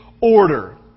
order